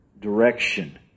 direction